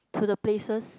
to the places